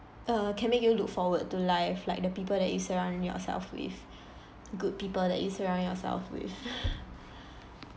err can make you look forward to life like the people that you surround yourself with good people that you surround yourself with